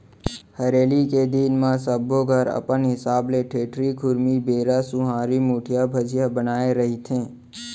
हरेली के दिन म सब्बो घर अपन हिसाब ले ठेठरी, खुरमी, बेरा, सुहारी, मुठिया, भजिया बनाए रहिथे